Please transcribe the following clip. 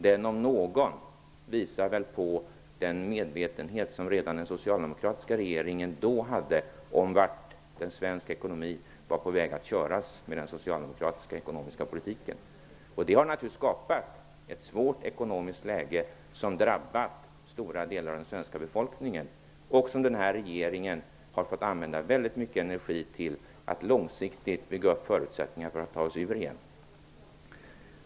Den, om någon, visar väl på den medvetenhet som den socialdemokratiska regeringen redan då hade om vart svensk ekonomi var på väg att köras med den socialdemokratiska ekonomiska politiken. Det har naturligtvis skapat ett svårt ekonomiskt läge, som har drabbat stora delar av den svenska befolkningen och som den här regeringen har fått använda mycket energi till att långsiktigt bygga upp förutsättningarna för att ta oss ur igen.